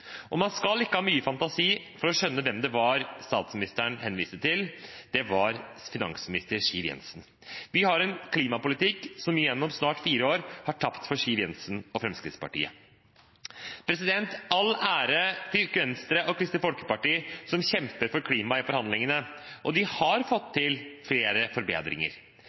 Og man skal ikke ha mye fantasi for å skjønne hvem det var statsministeren henviste til, det var finansminister Siv Jensen. Vi har en klimapolitikk som gjennom snart fire år har tapt for Siv Jensen og Fremskrittspartiet. All ære til Venstre og Kristelig Folkeparti, som kjempet for klimaet i forhandlingene. De har fått til flere forbedringer.